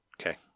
Okay